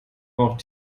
auch